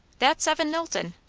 that's evan knowlton!